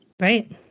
Right